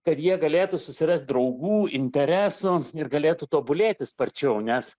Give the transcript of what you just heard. kad jie galėtų susirast draugų interesų ir galėtų tobulėti sparčiau nes